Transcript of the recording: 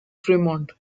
fremont